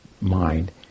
mind